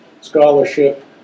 scholarship